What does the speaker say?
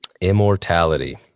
Immortality